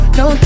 no